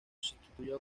sustituyó